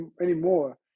anymore